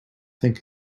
think